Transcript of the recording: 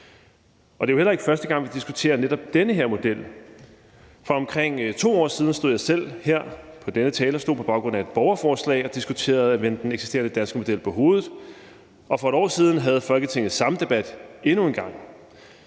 og det er jo heller ikke første gang, vi diskuterer netop den her model. For omkring 2 år siden stod jeg selv her på denne talerstol på baggrund af et borgerforslag og diskuterede at vende den eksisterende danske model på hovedet, og for et år siden havde Folketinget endnu en gang